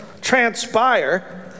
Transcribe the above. transpire